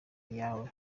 yawe